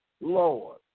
Lord